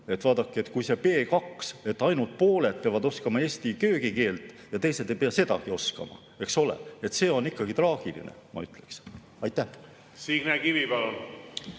Vaadake, see B2: kui ainult pooled peavad oskama eesti köögikeelt ja teised ei pea sedagi oskama, siis see on ikkagi traagiline, ma ütleksin. Signe Kivi,